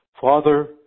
Father